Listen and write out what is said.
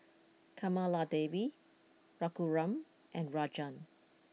Kamaladevi Raghuram and Rajan